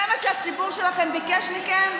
זה מה שהציבור שלכם ביקש מכם?